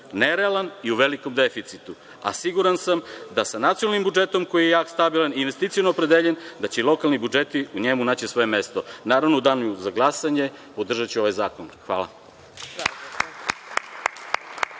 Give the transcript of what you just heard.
nerealan i u velikom deficitu. Siguran sam da sa nacionalnim budžetom koji je jak i stabilan i investiciono opredeljen da će i lokalni budžeti u njemu naći svoje mesto..Naravno, u danu za glasanje podržaću ovaj zakon. Hvala.